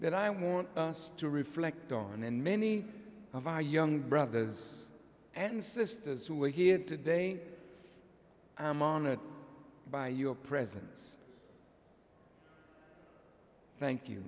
that i want us to reflect on and many of our young brothers and sisters who are here today i am honored by your presence thank you